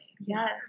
yes